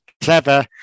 clever